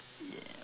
ya